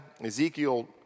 Ezekiel